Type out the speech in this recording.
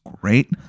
great